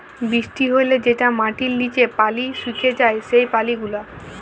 বৃষ্টি হ্যলে যেটা মাটির লিচে পালি সুকে যায় সেই পালি গুলা